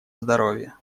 здоровья